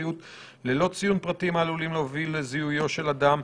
הבריאות ללא ציון פרטים העלולים להוביל לזיהויו של אדם,